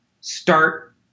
start